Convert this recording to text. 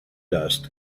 dust